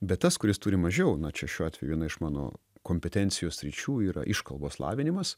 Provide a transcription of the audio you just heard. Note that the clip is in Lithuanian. bet tas kuris turi mažiau na čia šiuo atveju viena iš mano kompetencijos sričių yra iškalbos lavinimas